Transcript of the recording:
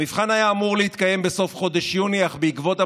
חבר הכנסת אבידר, בכבוד.